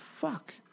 fuck